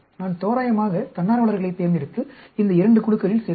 நான் தோராயமாக தன்னார்வலர்களைத் தேர்ந்தெடுத்து இந்த இரண்டு குழுக்களில் சேர்ப்பேன்